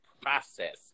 process